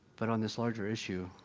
but on this larger issue,